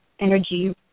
energy